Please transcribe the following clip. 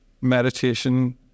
meditation